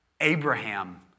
Abraham